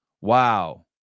Wow